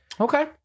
Okay